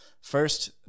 first